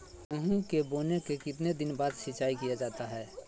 गेंहू के बोने के कितने दिन बाद सिंचाई किया जाता है?